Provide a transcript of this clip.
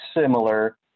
similar